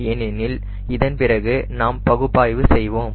ஏனெனில் இதன் பிறகு நாம் பகுப்பாய்வு செய்வோம்